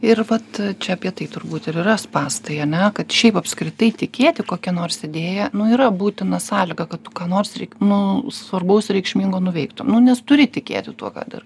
ir vat čia apie tai turbūt ir yra spąstai ane kad šiaip apskritai tikėti kokia nors idėja nu yra būtina sąlyga kad tu ką nors reik nu svarbaus reikšmingo nuveiktum nu nes turi tikėti tuo ką darai